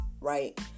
right